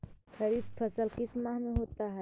खरिफ फसल किस माह में होता है?